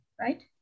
right